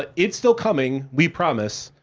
but it's still coming, we promise,